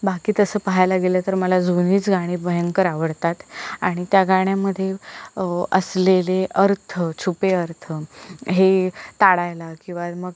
बाकी तसं पाहायला गेलं तर मला जुनीच गाणी भयंकर आवडतात आणि त्या गाण्यांमध्ये असलेले अर्थ छुपे अर्थ हे ताडायला किंवा मग